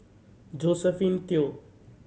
Josephine Teo